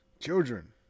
children